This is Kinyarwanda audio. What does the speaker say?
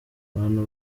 abantu